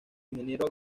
ingeniero